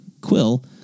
Quill